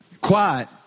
Quiet